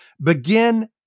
begin